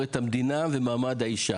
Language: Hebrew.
בכוונתם לעשות כדי להתמודד עם הדוח הקשה הזה.